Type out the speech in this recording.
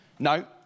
No